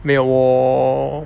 没有我